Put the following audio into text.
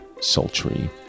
Sultry